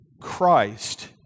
Christ